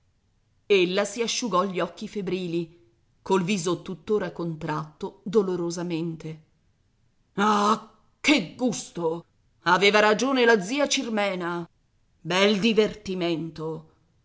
braccia ella si asciugò gli occhi febbrili col viso tuttora contratto dolorosamente ah che gusto aveva ragione la zia cirmena bel divertimento